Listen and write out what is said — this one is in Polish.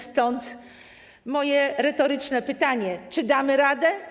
Stąd moje retoryczne pytanie: Czy damy radę?